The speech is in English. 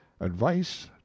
Advice